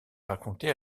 raconté